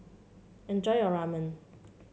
enjoy your Ramen